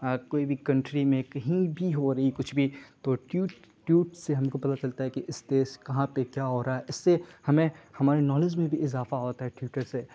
کوئی بھی کنٹری میں کہیں بھی ہو رہی کچھ بھی تو ٹیوٹ ٹیوٹ سے ہم کو پتہ چلتا ہے کہ اس دیش کہاں پہ کیا ہو رہا ہے اس سے ہمیں ہمارے نالج میں بھی اضافہ ہوتا ہے ٹیوٹر سے